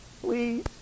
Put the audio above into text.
Please